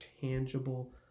tangible